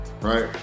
right